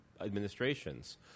administrations